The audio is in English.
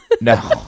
No